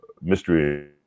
mystery